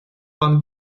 пан